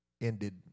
ended